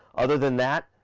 other than that,